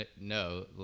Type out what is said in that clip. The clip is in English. no